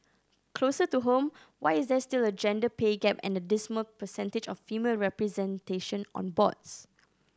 closer to home why is there still a gender pay gap and a dismal percentage of female representation on boards